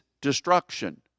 destruction